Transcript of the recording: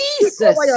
Jesus